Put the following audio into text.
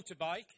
motorbike